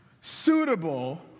suitable